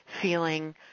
feeling